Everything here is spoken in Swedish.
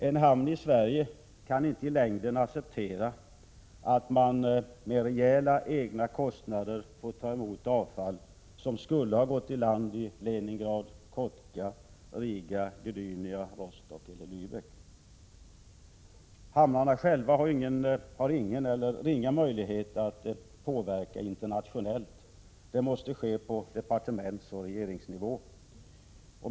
En hamn i Sverige kan inte ilängden acceptera att, med rejäla egna kostnader, tvingas ta emot avfall som skulle ha gått i land i Leningrad, Kotka, Riga, Gdynia, Rostock eller Läbeck. Ansvariga för hamnarna har själva inga eller ringa möjligheter att påverka internationellt. Det måste ske på departementsoch regeringsnivå.